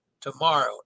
tomorrow